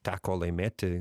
teko laimėti